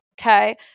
okay